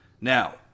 Now